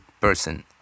person